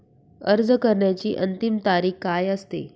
अर्ज करण्याची अंतिम तारीख काय असते?